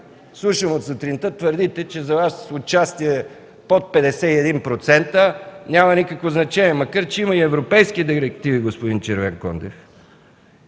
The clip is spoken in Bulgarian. слушам, твърдите, че за Вас участие под 51% няма никакво значение, макар че има и европейски директиви, господин Червенкондев.